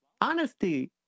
honesty